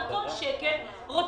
לא משדרג, הוא מתקן עוול.